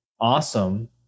awesome